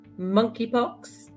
Monkeypox